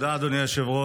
תודה, אדוני היושב-ראש.